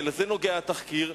ולזה נוגע התחקיר.